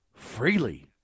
freely